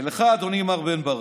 ולך, אדוני מר בן ברק,